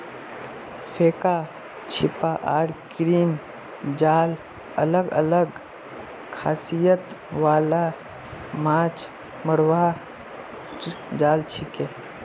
फेका छीपा आर क्रेन जाल अलग अलग खासियत वाला माछ मरवार जाल छिके